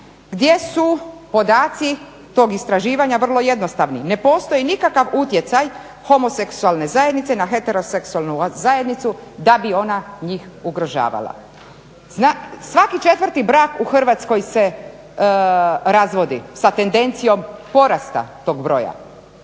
gdje su podaci tog istraživanja vrlo jednostavni. Ne postoji nikakav utjecaj homoseksualne zajednice na heteroseksualnu zajednicu da bi ona njih ugrožavala. Svaki četvrti brak u Hrvatskoj se razvodi sa tendencijom porasta tog broja.